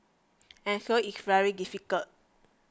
and so it's very difficult